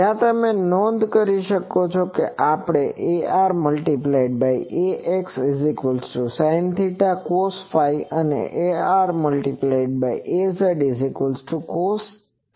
જ્યાં તમે નોંધ કરી શકો કે આપણે ar×ax sinθ cosϕ અને ar× az cosθ નો ઉપયોગ કર્યો છે